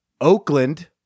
Oakland